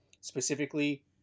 specifically